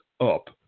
up